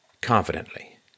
confidently